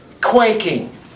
quaking